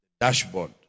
Dashboard